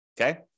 Okay